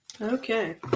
Okay